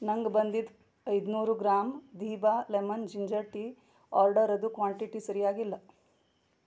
ನನಗೆ ಬಂದಿದ್ದ ಐದುನೂರು ಗ್ರಾಮ್ ದಿಭಾ ಲೆಮನ್ ಜಿಂಜರ್ ಟೀ ಆರ್ಡರದು ಕ್ವಾಂಟಿಟಿ ಸರಿಯಾಗಿಲ್ಲ